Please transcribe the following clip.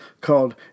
called